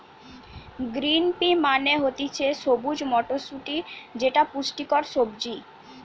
green pea মানে হতিছে সবুজ মটরশুটি যেটা পুষ্টিকর সবজি